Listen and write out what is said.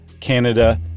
Canada